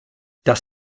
das